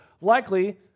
likely